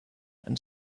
and